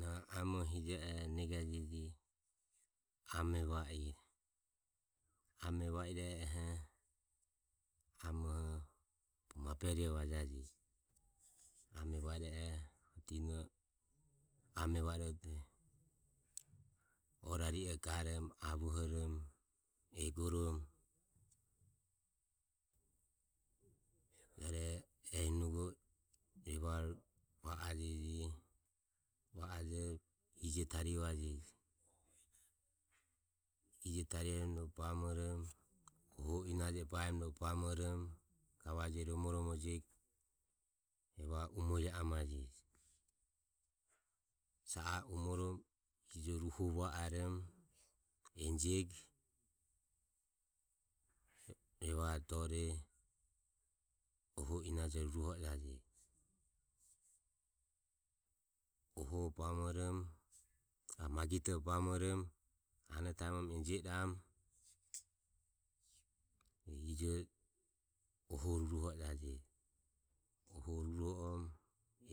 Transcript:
Na amo hije o negajeji ame va i, ame vaireoho bo maberio vajajeji eria dino ame vairodo orario garom avohorom egorom ruero ehi nugom va ajeji va ije tarivajeji ije tarivom ro bamorom oho inaje bairom ro bamorom romoromo jiego navajeji avohorom ije ruho varom enjego evare dore oho enajo ruruho ojaje oho bamorom magito bamorom anotaimom enjio iram ijo oho ruruho o jaje ro